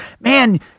man